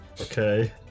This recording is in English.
Okay